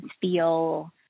feel